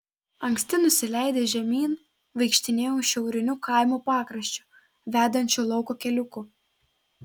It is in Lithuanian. anksti nusileidęs žemyn vaikštinėjau šiauriniu kaimo pakraščiu vedančiu lauko keliuku